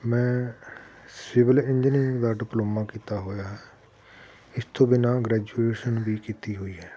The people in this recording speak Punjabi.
ਮੈਂ ਸਿਵਲ ਇੰਜਨੀਅਰਿੰਗ ਦਾ ਡਿਪਲੋਮਾ ਕੀਤਾ ਹੋਇਆ ਹੈ ਇਸ ਤੋਂ ਬਿਨਾਂ ਗ੍ਰੈਜੂਏਸ਼ਨ ਵੀ ਕੀਤੀ ਹੋਈ ਹੈ